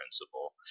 principle